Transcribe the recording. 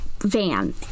van